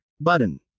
button